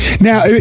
Now